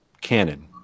canon